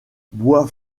bois